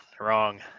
wrong